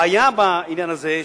הבעיה בעניין הזה,